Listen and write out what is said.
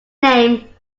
name